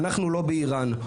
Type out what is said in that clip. אנחנו לא באיראן,